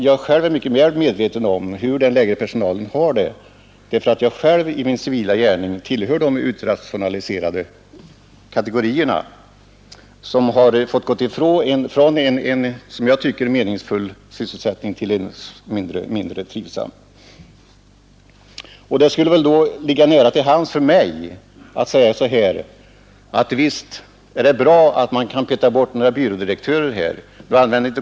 Jag är mycket väl medveten om hur den lägre personalen har det, därför att jag själv i min civila gärning tillhör de utrationaliserade kategorierna och har fått gå från en, som jag tycker, meningsfull sysselsättning till en mindre trivsam. Det skulle väl ligga nära till hands för mig att säga: Visst är det bra att man kan peta bort några byrådirektörer.